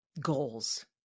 goals